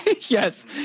Yes